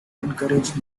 encouraged